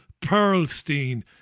Perlstein